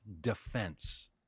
defense